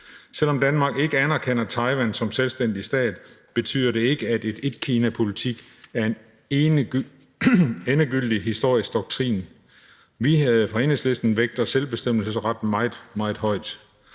Selv om Danmark ikke anerkender Taiwan som selvstændig stat, betyder det ikke, at en etkinapolitik er en endegyldig historisk doktrin. Vi vægter fra Enhedslistens side selvbestemmelsesretten meget, meget højt.